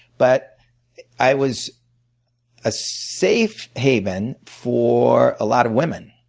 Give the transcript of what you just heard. but i was a safe haven for a lot of women.